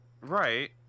Right